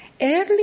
early